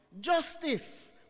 Justice